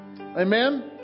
Amen